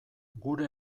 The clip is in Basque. gure